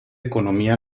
economía